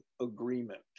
agreement